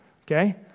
Okay